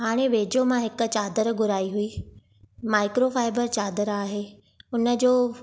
हाणे वेझो मां हिकु चादर घुराई हुई माइक्रो फाइबर चादर आहे हुनजो